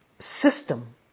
system